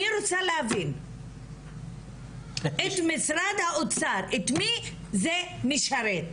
אני רוצה להבין, את משרד האוצר, את מי זה משרת?